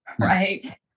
right